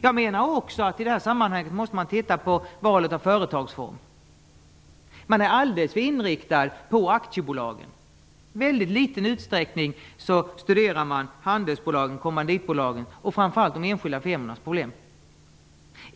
Jag menar att vi i det här sammanhanget också måste titta på valet av företagsform. Man är alldeles för inriktad på aktiebolagen. I väldigt liten utsträckning studerar man handelsbolagens, kommanditbolagens och framför allt de enskilda firmornas problem.